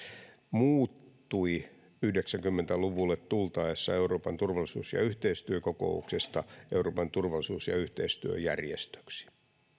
muuttui yhdeksänkymmentä luvulle tultaessa euroopan turvallisuus ja yhteistyökokouksesta euroopan turvallisuus ja yhteistyöjärjestöksi